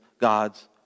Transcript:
God's